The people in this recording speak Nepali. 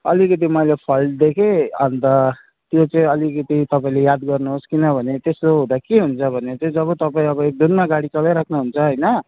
अलिकति मैले फल्ट देखेँ अनि त त्यो चाहिँ अलिकति तपाईँले याद गर्नुहोस् किनभने त्यसो हुँदा के हुन्छ भने चाहिँ जब तपाईँ अब एकधुनमा गाडी चलाइराख्नु हुन्छ हैन